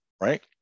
right